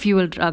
fuel drug